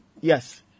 yes